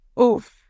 oof